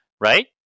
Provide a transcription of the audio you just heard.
right